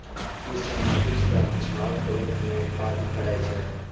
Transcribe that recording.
ई सामाजिक सुरक्षाक रूप मे काज करै छै